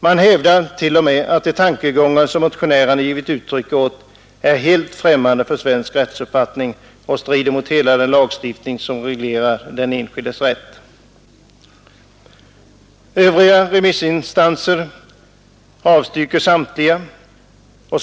Man hävdar t.o.m. att de tankegångar som motionärerna ger uttryck åt är helt främmande för svensk rättsuppfattning och strider mot hela den lagstiftning som reglerar den enskildes rätt. Samtliga övriga remissinstanser avstyrker motionen.